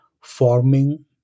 forming